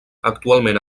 actualment